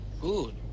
good